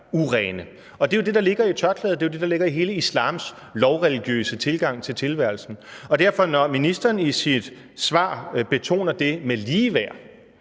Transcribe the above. urene. Det er jo det, der ligger i tørklædet. Det er det, der ligger i hele islams lovreligiøse tilgang til tilværelsen. Når ministeren i sit svar betoner det med ligeværd,